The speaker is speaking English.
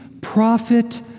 prophet